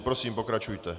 Prosím, pokračujte.